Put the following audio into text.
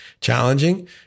challenging